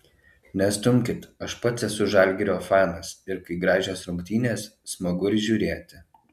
nestumkit aš pats esu žalgirio fanas ir kai gražios rungtynės smagu ir žiūrėti